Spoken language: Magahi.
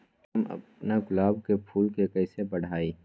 हम अपना गुलाब के फूल के कईसे बढ़ाई?